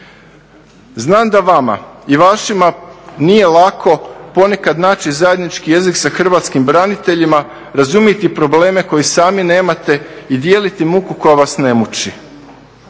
Znam da vama i vašima nije lako ponekad naći zajednički jezik sa hrvatskim braniteljima, razumjeti i probleme koje sami nemate i dijeliti muku koja vas ne muči.